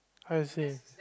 how you say